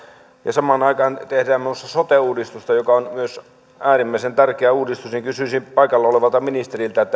samaan aikaan tehdään sote uudistusta joka myös on äärimmäisen tärkeä uudistus niin kysyisin paikalla olevalta ministeriltä